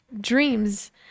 dreams